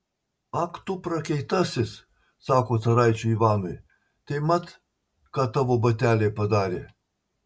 ak tu prakeiktasis sako caraičiui ivanui tai mat ką tavo bateliai padarė